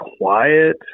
quiet